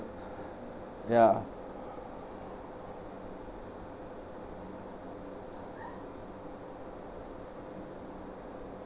ya